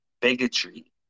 bigotry